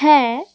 হ্যাঁ